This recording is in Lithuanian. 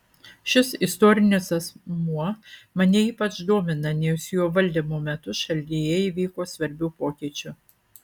šis istorinis asmuo mane ypač domina nes jo valdymo metu šalyje įvyko svarbių pokyčių